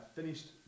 finished